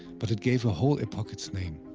but it gave a whole epoch its name.